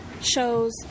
shows